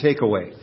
takeaway